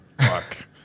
Fuck